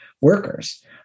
workers